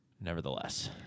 Nevertheless